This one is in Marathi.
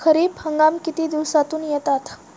खरीप हंगाम किती दिवसातून येतात?